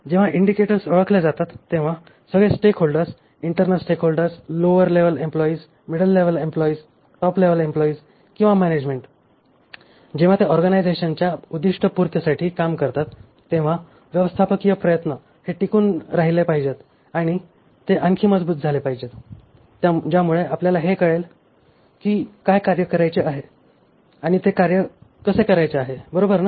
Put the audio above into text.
जेव्हा इंडिकेटर्स ओळखले जातात तेव्हा सगळे stakeholders internal stakeholders lower level employees middle level employees top level employees किंवा मॅनॅजमेन्ट जेव्हा ते ऑर्गनायझेशनच्या उद्दिष्टपूर्तसाठी काम करतात तेव्हा व्यवस्थापकीय प्रयत्न हे टिकून राहिले पाहिजेत किंवा ते आणखी मजबूत झाले पाहिजेत ज्यामुळे आपल्याला हे कळेल की काय कार्य करायचे आहे आणि ते कार्य कसे करायचे आहे बरोबर ना